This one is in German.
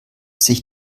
sich